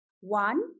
One